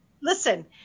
listen